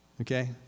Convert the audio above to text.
okay